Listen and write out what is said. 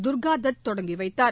தர்கா தத் தொடங்கி வைத்தார்